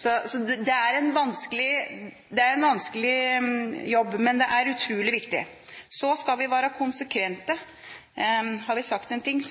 Det er en vanskelig jobb, men den er utrolig viktig. Så skal vi være konsekvente. Har vi sagt en ting,